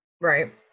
Right